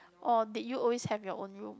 or did you always have your own room